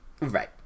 Right